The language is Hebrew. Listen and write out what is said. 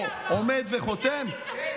עומד וחותם?